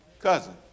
cousin